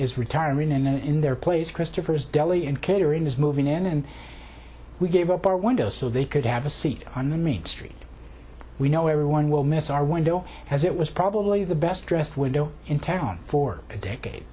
is retiring and in their place christopher's deli and catering is moving in and we gave up our window so they could have a seat on the main street we know everyone will miss our window as it was probably the best dressed window in town for a decade